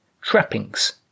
trappings